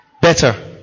Better